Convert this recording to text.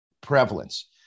prevalence